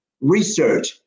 Research